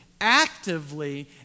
actively